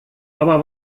aber